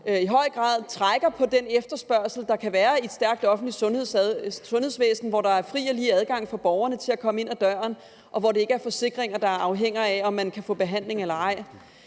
i høj grad trækker på den efterspørgsel, der kan være i et stærkt offentligt sundhedsvæsen, hvor der er fri og lige adgang for borgerne til at komme ind ad døren, og hvor det ikke er forsikringer, der bestemmer, om man kan få behandling eller ej.